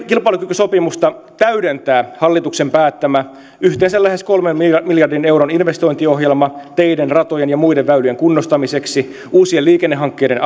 kilpailukykysopimusta täydentää hallituksen päättämä yhteensä lähes kolmen miljardin euron investointiohjelma teiden ratojen ja muiden väylien kunnostamiseksi uusien liikennehankkeiden